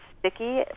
sticky